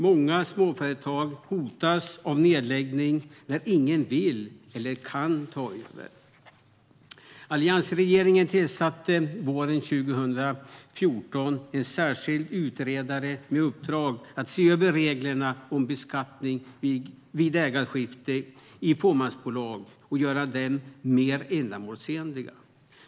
Många småföretag hotas av nedläggning när ingen vill eller kan ta över. Alliansregeringen tillsatte våren 2014 en särskild utredare med uppdrag att se över reglerna för beskattning vid ägarskifte i fåmansbolag och göra dem mer ändamålsenliga.